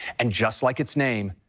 and just like its name,